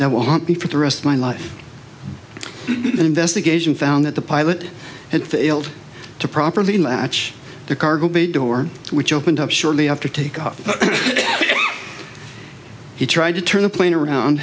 be for the rest of my life the investigation found that the pilot had failed to properly match the cargo bay door which opened up shortly after takeoff he tried to turn the plane around